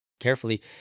carefully